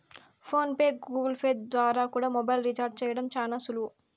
phone pay, Google Pay ద్వారా కూడా mobile recharge చేయడం శానా సులువు